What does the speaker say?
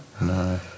No